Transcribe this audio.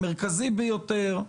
המרכזי ביותר,